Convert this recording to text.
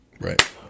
Right